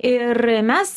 ir mes